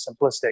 simplistic